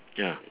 ya